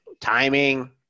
Timing